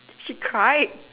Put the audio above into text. she cried